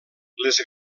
les